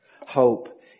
hope